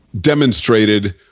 demonstrated